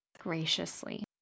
graciously